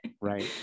Right